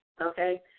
okay